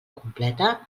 completa